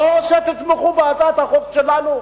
או שתתמכו בהצעת החוק שלנו,